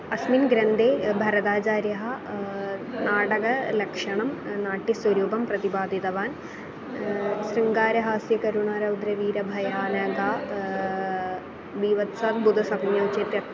अस्मिन् ग्रन्थे भरताचार्यः नाटकलक्षणं नाट्यस्वरूपं प्रतिपादितवान् शृङ्गारहास्यकरुणारौद्रवीरभयानक बीभत्साद्बुदसंयोजित